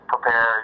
Prepare